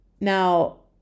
Now